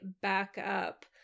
backup